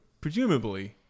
presumably